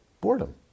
Boredom